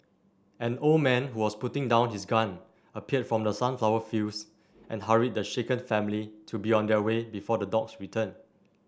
an old man who was putting down his gun appeared from the sunflower fields and hurried the shaken family to be on their way before the dogs return